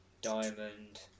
Diamond